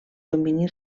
domini